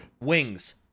wings